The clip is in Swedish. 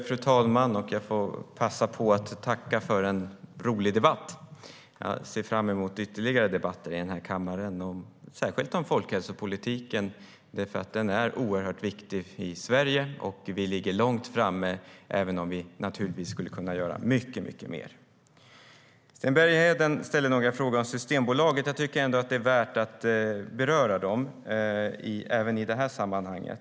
Fru talman! Jag får passa på att tacka för en rolig debatt. Jag ser fram emot ytterligare debatter här i kammaren, särskilt om folkhälsopolitiken eftersom den är oerhört viktig i Sverige. Vi ligger långt framme även om vi naturligtvis skulle kunna göra mycket mer. Sten Bergheden ställde några frågor om Systembolaget. Jag tycker att det är värt att beröra dem även i det här sammanhanget.